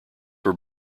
were